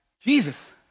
Jesus